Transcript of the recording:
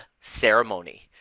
ceremony